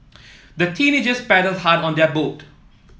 the teenagers paddled hard on their boat